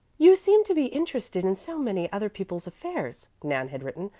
you seem to be interested in so many other people's affairs, nan had written,